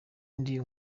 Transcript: ndi